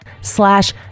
slash